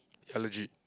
ya legit